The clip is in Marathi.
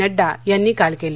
नड्डा यांनी काल कली